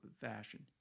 fashion